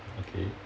okay